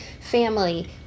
family